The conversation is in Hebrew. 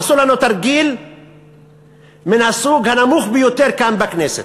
עשו לנו תרגיל מהסוג הנמוך ביותר כאן בכנסת.